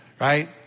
right